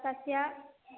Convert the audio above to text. तस्य